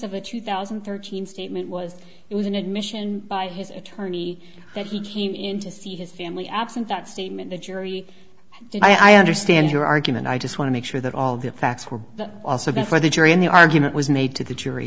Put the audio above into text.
of a two thousand and thirteen statement was it was an admission by his attorney that he came in to see his family absent that statement the jury did i understand your argument i just want to make sure that all the facts were also before the jury in the argument was made to the jury